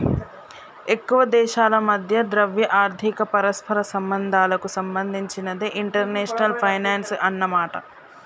ఎక్కువ దేశాల మధ్య ద్రవ్య ఆర్థిక పరస్పర సంబంధాలకు సంబంధించినదే ఇంటర్నేషనల్ ఫైనాన్సు అన్నమాట